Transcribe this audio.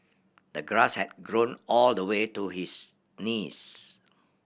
the grass had grown all the way to his knees